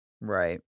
Right